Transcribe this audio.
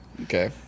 Okay